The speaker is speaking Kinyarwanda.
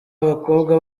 abakobwa